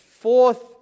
Fourth